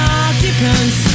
occupants